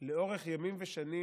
לאורך ימים ושנים,